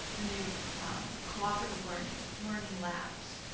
the new cooperative learning. learning labs,